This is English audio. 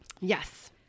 Yes